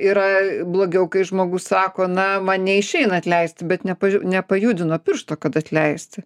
yra blogiau kai žmogus sako na man neišeina atleisti bet ne nepajudino piršto kad atleisti